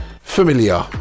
familiar